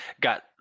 got